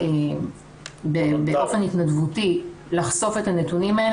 באופן התנדבותי לחשוף את הנתונים האלה,